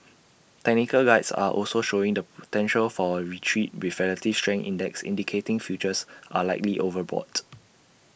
technical Guides are also showing the potential for A retreat with relative strength index indicating futures are likely overbought